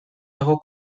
dago